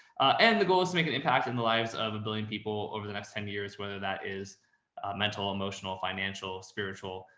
and the goal was to make an impact in the lives of a billion people over the next ten years, whether that is a mental, emotional, financial, spiritual,